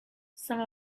some